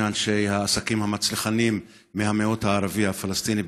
אנשי העסקים המצליחנים מהמיעוט הערבי הפלסטיני בישראל,